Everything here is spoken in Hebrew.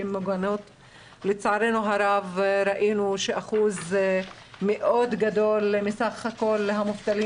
לצערנו הרב ראינו שאחוז מאוד גדול מסך כל המובטלים